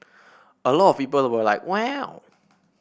a lot of people were like wow